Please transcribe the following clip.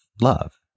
love